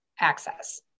access